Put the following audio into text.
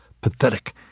pathetic